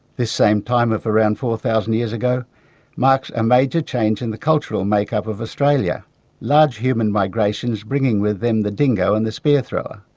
this same time of around four thousand years ago marks a major change in the cultural make up of australia large human migrations bringing with them the dingo and the spear thrower.